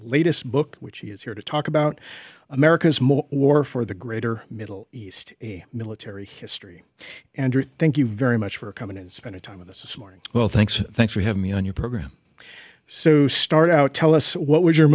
latest book which he is here to talk about america's more war for the greater middle east military history andrew thank you very much for coming and spending time with us this morning well thanks thanks for having me on your program so you start out tell us what was your